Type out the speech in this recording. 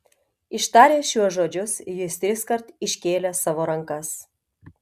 ištaręs šiuos žodžius jis triskart iškėlė savo rankas